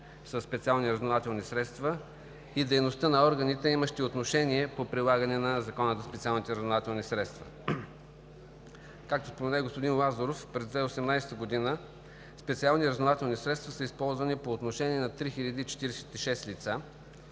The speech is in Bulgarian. със специални разузнавателни средства и дейността на органите, имащи отношение по прилагане на Закона за специалните разузнавателни средства. Както спомена и господин Лазаров, през 2018 г. специални разузнавателни средства са използвани по отношение на 3046 лица